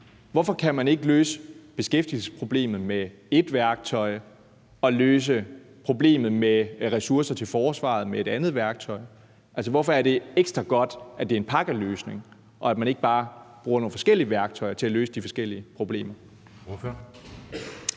Hvorfor kan man ikke løse beskæftigelsesproblemet med ét værktøj og løse problemet med ressourcer til forsvaret med et andet værktøj? Altså, hvorfor er det ekstra godt, at det er en pakkeløsning, i stedet for at man bruger nogle forskellige værktøjer til at løse de forskellige problemer?